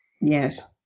Yes